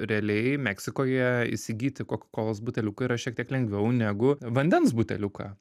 realiai meksikoje įsigyti kokakolos buteliuką yra šiek tiek lengviau negu vandens buteliuką